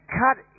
cut